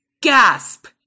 Gasp